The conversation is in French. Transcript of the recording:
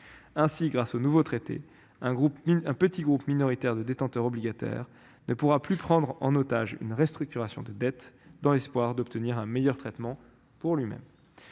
Ainsi, grâce au nouveau traité, un petit groupe minoritaire de détenteurs obligataires ne pourra plus prendre en otage une restructuration de dette dans l'espoir d'obtenir un meilleur traitement pour lui-même.